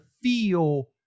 feel